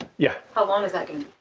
yeah? how long is that gonna